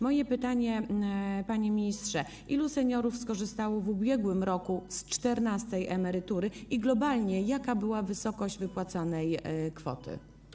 Moje pytanie, panie ministrze: Ilu seniorów skorzystało w ubiegłym roku z czternastej emerytury i globalnie jaka była wysokość wypłacanej kwoty.